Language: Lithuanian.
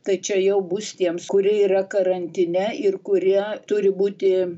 tai čia jau bus tiems kurie yra karantine ir kurie turi būti